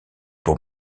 pour